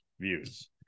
views